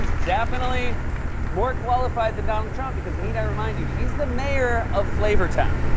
definitely more qualified than donald trump, because, need i remind you, he's the mayor of flavortown.